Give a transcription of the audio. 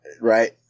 Right